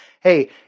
Hey